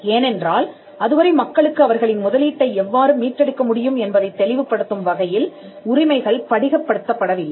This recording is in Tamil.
ஏனென்றால் அதுவரை மக்களுக்கு அவர்களின் முதலீட்டை எவ்வாறு மீட்டெடுக்க முடியும் என்பதை தெளிவுபடுத்தும் வகையில் உரிமைகள் படிகப் படுத்தப்படவில்லை